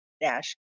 dash